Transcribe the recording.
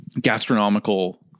gastronomical